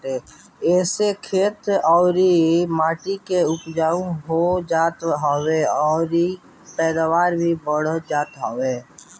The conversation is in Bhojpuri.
एसे खेत कअ माटी उपजाऊ हो जात हवे अउरी पैदावार भी बढ़ जात बाटे